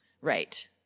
right